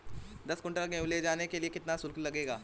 दस कुंटल गेहूँ ले जाने के लिए कितना शुल्क लगेगा?